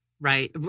right